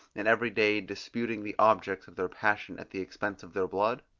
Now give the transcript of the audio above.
and every day disputing the objects of their passion at the expense of their blood?